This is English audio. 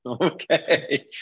Okay